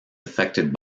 affected